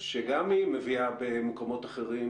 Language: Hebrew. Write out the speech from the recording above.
שגם היא מביאה במקומות אחרים